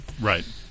Right